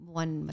one